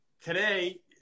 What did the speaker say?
today